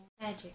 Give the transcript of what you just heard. Magic